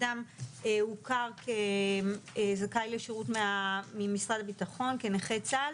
אדם הוכר כזכאי לשירות ממשרד הביטחון כנכה צה"ל